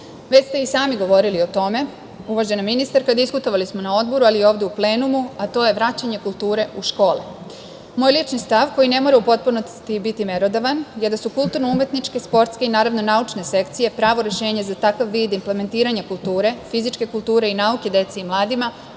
Već ste i sami govorili o tome, uvažena ministarka, diskutovali smo na odboru, ali i ovde u plenumu, a to je vraćanje kulture u škole. Moj lični stav, koji ne mora u potpunosti biti merodavan, je da su kulturno-umetničke, sportske i, naravno, naučne sekcije pravo rešenje za takav vid impelementiranja kulture, fizičke kulture i nauke deci i malima